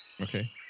Okay